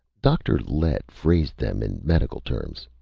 dr. lett phrased them in medical terms,